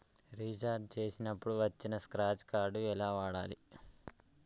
Recharge చేసినప్పుడు వచ్చిన scratch card ఎలా వాడాలి?